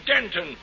Denton